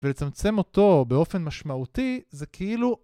ולצמצם אותו באופן משמעותי זה כאילו...